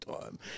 time